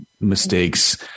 mistakes